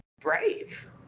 brave